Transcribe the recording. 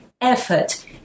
effort